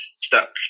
stuck